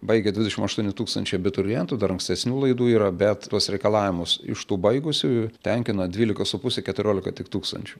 baigia dvidešimt aštuoni tūkstančiai abiturientų dar ankstesnių laidų yra bet tuos reikalavimus iš tų baigusiųjų tenkina dvylika su puse keturiolika tik tūkstančių